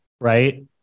right